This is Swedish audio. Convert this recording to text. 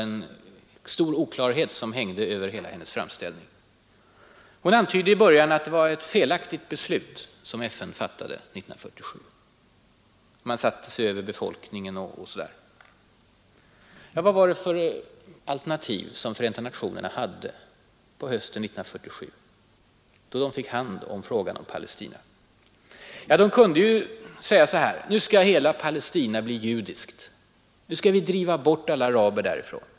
En stor oklarhet hängde över hennes framställning. Fru Jonäng antydde i början att det var ett felaktigt beslut som Förenta nationerna fattade 1947; man satte sig över befolkningens önskemål osv. Vilka alternativ hade Förenta nationerna på hösten 1947, då de fick hand om frågan om Palestina? De kunde säga: Nu skall hela Palestina bli judiskt. Nu skall vi driva bort alla araber därifrån.